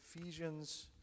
Ephesians